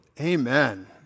Amen